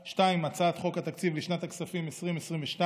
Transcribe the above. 2. הצעת חוק התקציב לשנת הכספים 2022,